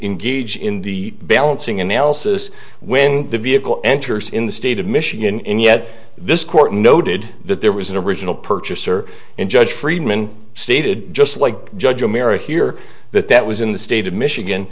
engage in the balancing analysis when the vehicle enters in the state of michigan and yet this court noted that there was an original purchaser in judge friedman stated just like judge america here that that was in the state of michigan